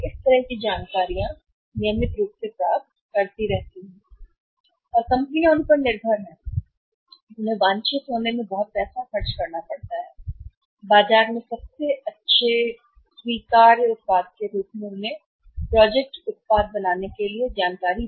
और कंपनियां उन पर निर्भर हैं और उन्हें वांछित होने में बहुत पैसा खर्च करना पड़ता है बाजार में सबसे अच्छे स्वीकार्य उत्पाद के रूप में उनके प्रोजेक्ट उत्पाद बनाने के लिए जानकारी